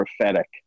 prophetic